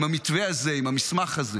אם המתווה הזה, אם המסמך הזה,